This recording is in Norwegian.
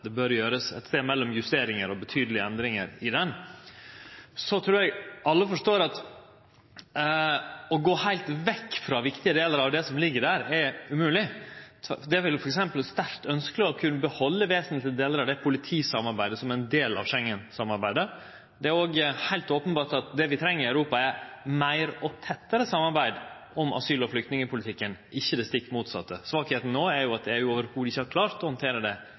det bør verte gjort anten justeringar eller betydelege endringar i ho. Eg trur alle forstår at å gå heilt vekk frå viktige delar av det som ligg der, er umogleg. Det er vel f.eks. sterkt ønskjeleg å kunne behalde vesentlege delar av det politisamarbeidet som er ein del av Schengen-samarbeidet. Det er òg heilt openbert at det vi treng i Europa, er meir og tettare samarbeid om asyl- og flyktningpolitikken, ikkje det stikk motsette. Svakheita no er jo at EU ikkje i det heile har klart å handtere